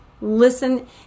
listen